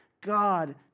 God